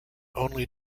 only